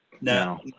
now